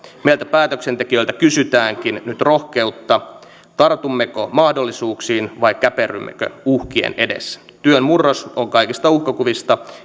meiltä päätöksentekijöiltä kysytäänkin nyt rohkeutta tartummeko mahdollisuuksiin vai käperrymmekö uhkien edessä työn murros on kaikista uhkakuvista